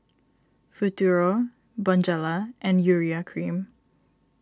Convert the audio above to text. Futuro Bonjela and Urea Cream